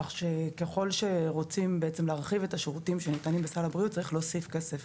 ככל שרוצים להרחיב את השירותים שניתנים בסל הבריאות צריך להוסיף כסף